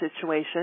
situation